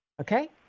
Okay